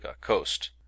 coast